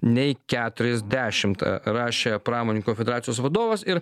nei keturiasdešimt rašė pramoninkų federacijos vadovas ir